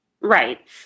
Right